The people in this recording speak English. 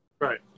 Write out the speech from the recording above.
Right